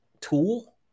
tool